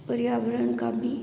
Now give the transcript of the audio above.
पर्यावरण का भी